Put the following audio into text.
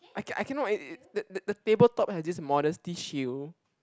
I can~ I cannot the table top have this modesty shield